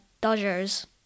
Dodgers